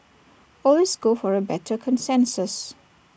always go for A better consensus